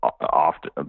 often